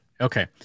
Okay